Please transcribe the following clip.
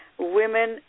Women